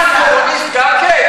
שוקדים ועובדים לילות כימים כדי להביא